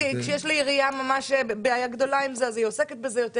כשיש לעירייה בעיה גדולה עם זה היא עוסקת בזה יותר.